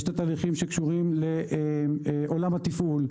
יש את התהליכים שקשורים לעולם התפעול,